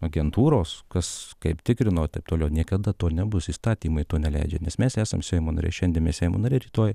agentūros kas kaip tikrino taip toliau niekada to nebus įstatymai to neleidžia nes mes esam seimo nariai šiandien mes seimo nariai rytoj